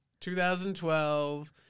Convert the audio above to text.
2012